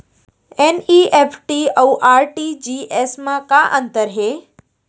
NEFT अऊ RTGS मा का अंतर हे?